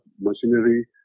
machinery